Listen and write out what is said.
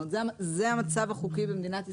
זה המצב החוקי במדינת ישראל.